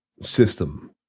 system